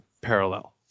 parallel